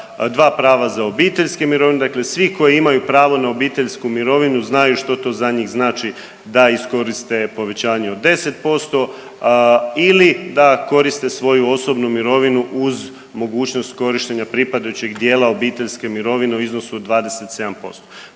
dva prava za obiteljske mirovine dakle svi koji imaju pravo na obiteljsku mirovinu znaju što to za njih znači da iskoriste povećanje od 10% ili da koriste svoju osobnu mirovinu uz mogućnost korištenja pripadajućeg dijela obiteljske mirovine u iznosu od 27%.